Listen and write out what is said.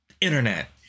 internet